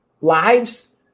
lives